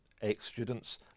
ex-students